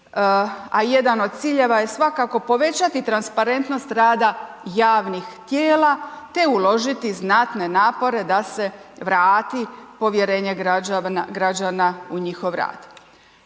a jedan od ciljeva je svakako povećati transparentnost rada javnih tijela, te uložiti znatne napore da se vrati povjerenje građana u njihov rad.